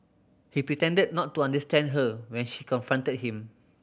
he pretended not to understand her when she confronted him